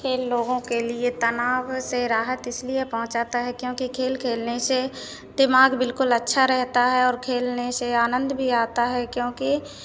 खेल लोगों के लिए तनाव से राहत इसलिए पहुँचाता है क्योंकि खेल खेलने से दिमाग बिलकुल अच्छा रहता है और खेलने से आनंद भी आता है क्योंकि